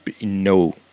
no